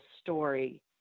story